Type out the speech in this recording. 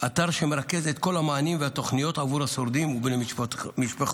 אתר שמרכז את כל המענים והתוכניות עבור השורדים ובני משפחותיהם.